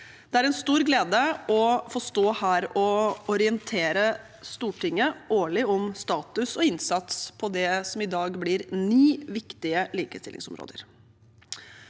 Det er en stor glede å få stå her og orientere Stortinget årlig om status og innsats på det som i dag er ni viktige likestillingsområder.